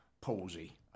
palsy